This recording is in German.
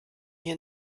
hier